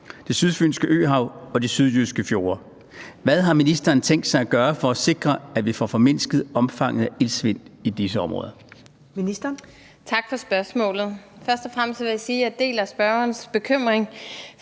Det Sydfynske Øhav og i de sydjyske fjorde. Hvad har ministeren tænkt sig at gøre for at sikre, at vi får formindsket omfanget af iltsvind i disse områder? Kl. 16:22 Første næstformand (Karen Ellemann): Ministeren. Kl.